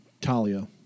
Talia